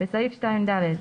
בסעיף 2(ד)